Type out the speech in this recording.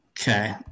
okay